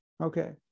Okay